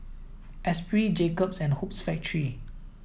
Espirit Jacob's and Hoops Factory